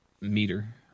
Meter